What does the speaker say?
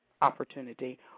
opportunity